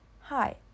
hi